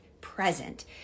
present